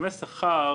הסכמי שכר